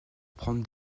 prendre